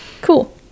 cool